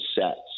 sets